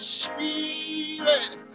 spirit